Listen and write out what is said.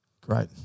Great